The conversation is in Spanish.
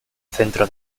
centro